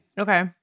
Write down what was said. Okay